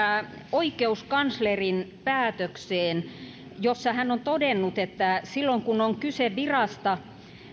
oikeuskanslerin päätökseen jossa hän on todennut että silloin kun on kyse virasta